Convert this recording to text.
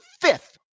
fifth